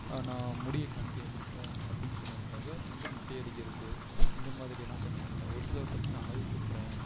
நான் முடியை காணிக்கையாக கொடுக்குறேன் அப்படின்னு சொன்னதுக்காக வந்து மொட்டை அடிக்கிறது இந்த மாதிரியெல்லாம் பண்ணுவாங்க ஒரு சிலர் பார்த்தீங்கன்னா அலகு குத்துறேன்